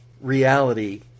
reality